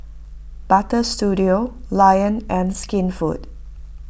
Butter Studio Lion and Skinfood